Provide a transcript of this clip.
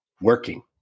working